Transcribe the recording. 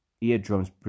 eardrums